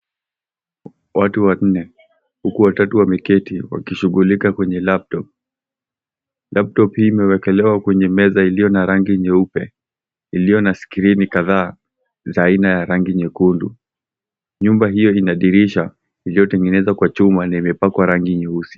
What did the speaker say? Watu wanne huku watatu wameketi wakishughulika kwenye laptop . Laptop hii imewekelewa kwenye meza iliyo na rangi nyeupe iliyo na skrini kadhaa za aina ya rangi nyekundu. Nyumba hiyo ina dirsha iliyotengenezwa kwa chuma na imepakwa rangi nyeusi.